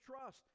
trust